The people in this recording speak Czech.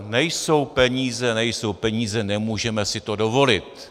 Nejsou peníze, nejsou peníze, nemůžeme si to dovolit.